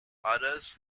others